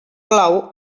clau